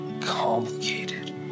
complicated